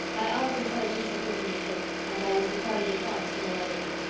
my aunt's intelligence had given me hope, and i was determined at once to know every thing.